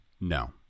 No